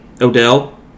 Odell